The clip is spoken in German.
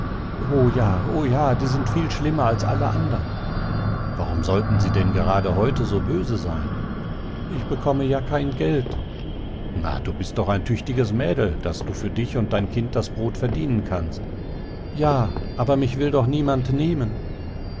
o ja o ja die sind viel schlimmer als alle andern warum sollten sie denn gerade heute so böse sein ich bekomme ja kein geld na du bist doch ein so tüchtiges mädel daß du für dich und dein kind das brot verdienen kannst ja aber mich will doch niemand nehmen